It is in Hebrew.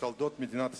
בתולדות מדינת ישראל.